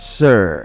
sir